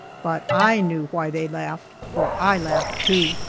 but i knew why they laughed, for i laughed too.